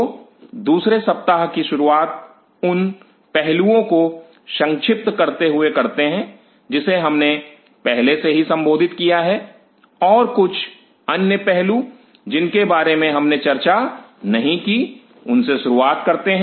तो दूसरे सप्ताह की शुरुआत उन पहलुओं को संक्षिप्त करते हुए करते हैं जिसे हमने पहले से ही संबोधित किया है और कुछ अन्य पहलू जिनके बारे में हमने चर्चा नहीं की उनसे शुरुआत करते हैं